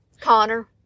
Connor